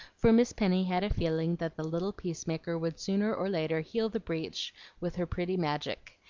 for miss penny had a feeling that the little peacemaker would sooner or later heal the breach with her pretty magic,